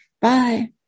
Bye